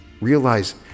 Realize